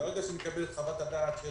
ברגע שנקבל את חוות הדעת של